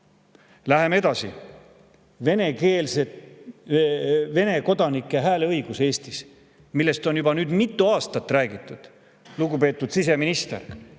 Läheme edasi: Vene kodanike hääleõigus Eestis, millest on juba mitu aastat räägitud. Lugupeetud siseminister,